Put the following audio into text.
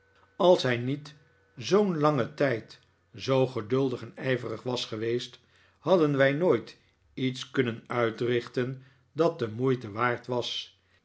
als hij niet zoo'n langen tijd zoo geduldig en ijverig was geweest hadden wij nooit iets kunnen uitrichten dat de moeite waard was